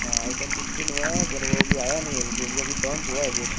हाँ iPhone fifteen हुआ है पर वो अभी आया नहीं है वो अभी अभी लॉन्च हुआ है जस्ट